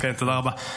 כן, תודה רבה.